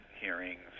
hearings